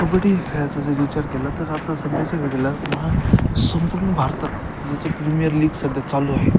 कबड्डी खेळायचा जर विचार केला तर आता सध्याच्या घडीला महा संपूर्ण भारतात याचं प्रीमियर लीग सध्या चालू आहे